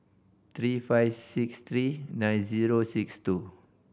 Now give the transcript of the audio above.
three five six three nine zero six two